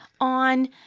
on